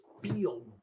feel